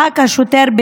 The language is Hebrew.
השוטר,